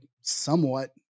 somewhat